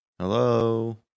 hello